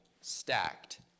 stacked